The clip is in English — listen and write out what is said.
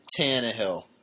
Tannehill